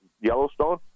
yellowstone